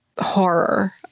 horror